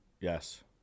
Yes